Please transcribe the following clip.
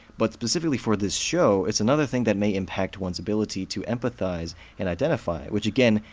but specifically for this show, it's another thing that may impact one's ability to empathize and identify, which again,